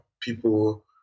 people